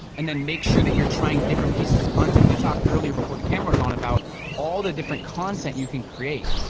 and then make sure that you're trying different pieces of content. we talked earlier before the camera was on about all the different content you can create,